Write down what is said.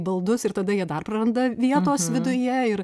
baldus ir tada jie dar praranda vienos viduje ir